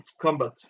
combat